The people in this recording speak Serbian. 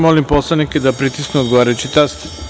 Molim poslanike da pritisnu odgovarajući taster.